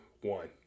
one